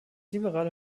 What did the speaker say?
liberale